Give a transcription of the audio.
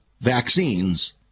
vaccines